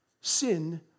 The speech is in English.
sin